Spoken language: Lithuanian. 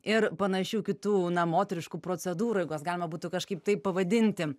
ir panašių kitų moteriškų procedūrų jeigu jos galima būtų kažkaip taip pavadinti